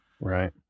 Right